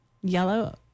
Yellow